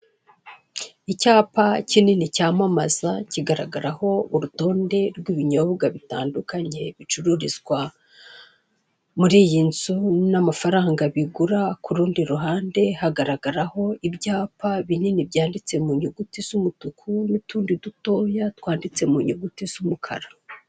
Icyapa kinini cyamamaza, kigaragaraho urutonde rw'ibinyobwa bitandukanye, bicururizwa muri iyi nzu n'amafaranga bigura, ku rundi ruhande hagaragaraho ibyapa binini byanditse mu nyuguti z'umutuku, n'utundi dutoya twanditse mu nyuguti z'umukara.